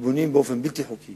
כשבונים באופן בלתי חוקי